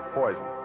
poison